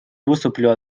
выступлю